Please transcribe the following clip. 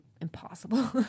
impossible